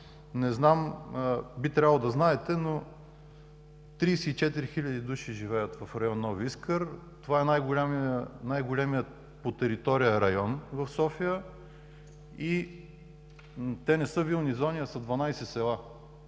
района, би трябвало да знаете, 34 хиляди души живеят в район „Нови Искър“ – това е най-големият по територия район в София. Те не са вилни зони, а са 12 села.